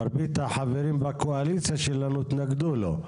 מרבית החברים בקואליציה שלנו התנגדו לו.